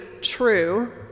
true